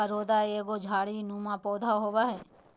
करोंदा एगो झाड़ी नुमा पौधा होव हय